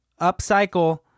Upcycle